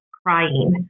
crying